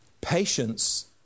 Patience